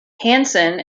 hanson